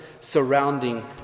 surrounding